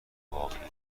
واقعی